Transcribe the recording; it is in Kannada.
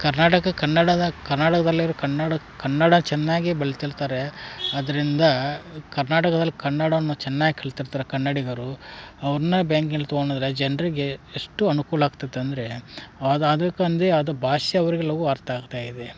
ಕರ್ನಾಟಕ ಕನ್ನಡದ ಕನಡದಲ್ಲಿರೊ ಕನ್ನಡ ಕನ್ನಡ ಚೆನ್ನಾಗಿ ಬೆಳ್ತಿಲ್ತಾರೆ ಅದರಿಂದ ಕರ್ನಾಟಕದಲ್ಲಿ ಕನ್ನಡವನ್ನು ಚೆನ್ನಾಗ್ ಕಲ್ತಿರ್ತಾರೆ ಕನ್ನಡಿಗರು ಅವ್ರ್ನ ಬ್ಯಾಂಕಿಲ್ಲಿ ತೊಗೊಳದ್ರೆ ಜನರಿಗೆ ಎಷ್ಟು ಅನುಕೂಲ ಆಗ್ತೈತೆ ಅಂದರೆ ಆದು ಅದಕಂದಿ ಅದು ಭಾಷೆ ಅವ್ರಿಗೆ ಎಲ್ಲವು ಅರ್ಥ ಆಗ್ತಾಯಿದೆ